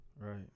Right